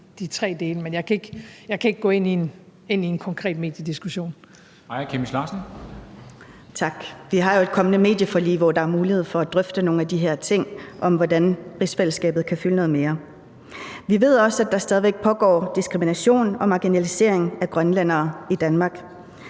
(IA): Tak. Vi har jo forhandlinger op til et kommende medieforlig, hvor der er mulighed for at drøfte nogle af de her ting om, hvordan rigsfællesskabet kan fylde noget mere. Vi ved også, at der stadig væk pågår diskrimination og marginalisering af grønlændere i Danmark.